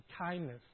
kindness